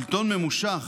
שלטון ממושך,